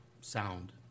sound